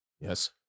Yes